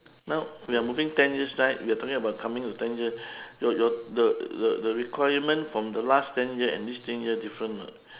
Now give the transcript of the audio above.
now we are moving ten years right we are talking about coming to ten years your your the the the requirement from the last ten years and this ten years different [what]